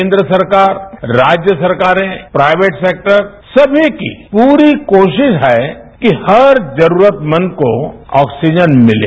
केन्द्र सरकार राज्य सरकारें प्राइवेट सेक्टर सभी की पूरी कोशिश है कि हर जरूरतमंद को ऑक्सीजन मिले